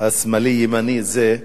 השמאלי-הימני הזה,